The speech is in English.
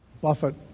Buffett